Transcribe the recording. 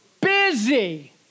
busy